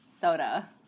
Soda